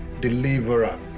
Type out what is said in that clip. deliverer